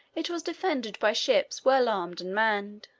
it was defended by ships well armed and manned.